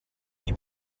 qui